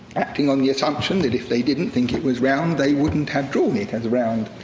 acting on the assumption that if they didn't think it was round, they wouldn't have drawn it as round.